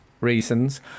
reasons